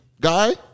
guy